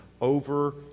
over